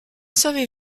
savez